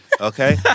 okay